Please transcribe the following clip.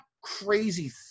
crazy